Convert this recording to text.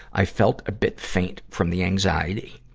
i felt a bit faint from the anxiety,